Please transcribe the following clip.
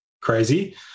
crazy